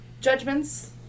Judgments